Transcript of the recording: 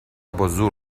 بازور